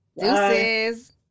Deuces